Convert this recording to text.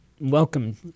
welcome